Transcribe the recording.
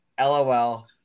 LOL